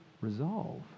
resolve